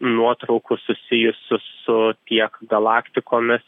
nuotraukų susijusių su tiek galaktikomis